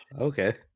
okay